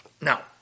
Now